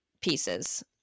pieces